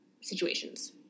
situations